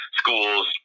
schools